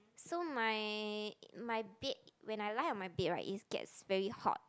so my my bed when I lie on my bed right it gets very hot